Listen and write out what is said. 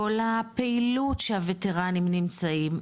כל הפעילות שהווטרנים נמצאים,